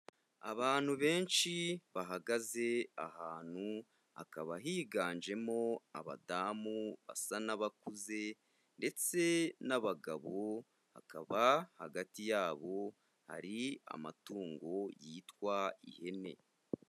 Abantu benshi bahagaze ahantu, hakaba higanjemo abadamu basa n'abakuze ndetse n'abagabo, bakaba hagati yabo hari amatungo yitwa ihene.